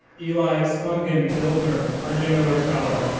eli spungen buildner, arjay miller scholar.